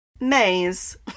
maze